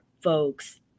folks